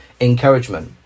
encouragement